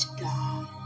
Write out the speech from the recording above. God